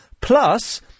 plus